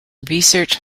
research